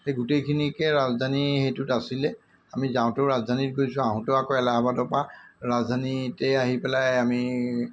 সেই গোটেইখিনিকে ৰাজধানী সেইটোত আছিলে আমি যাওঁতেও ৰাজধানীত গৈছোঁ আহোঁতেও আকৌ এলাহবাদৰপৰা ৰাজধানীতে আহি পেলাই আমি